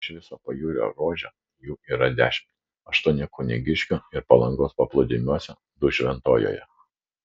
iš viso pajūrio ruože jų yra dešimt aštuoni kunigiškių ir palangos paplūdimiuose du šventojoje